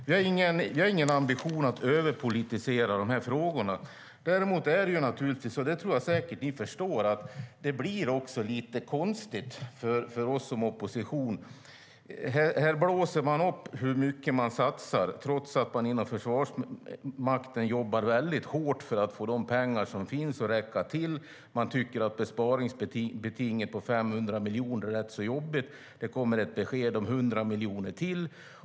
Vi har ingen ambition att överpolitisera frågorna, men det är naturligtvis så - och det tror jag säkert att ni förstår - att det blir lite konstigt för oss som opposition. Här blåser man upp hur mycket man satsar, trots att Försvarsmakten jobbar väldigt hårt för att få de pengar som finns att räcka till. De tycker att besparingsbetinget på 500 miljoner är rätt jobbigt, och det kommer ett besked om 100 miljoner till.